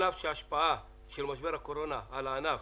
על אף שהשפעת משבר הקורונה על ענף